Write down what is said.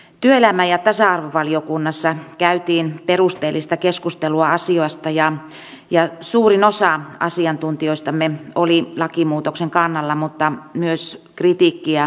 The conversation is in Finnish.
työelämä ja tasa arvovaliokunnassa käytiin perusteellista keskustelua asiasta ja suurin osa asiantuntijoistamme oli lakimuutoksen kannalla mutta myös kritiikkiä asiaa kohtaan ilmeni